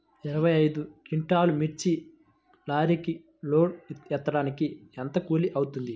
ఇరవై ఐదు క్వింటాల్లు మిర్చి లారీకి లోడ్ ఎత్తడానికి ఎంత కూలి అవుతుంది?